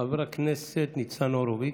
חבר הכנסת ניצן הורוביץ,